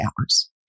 hours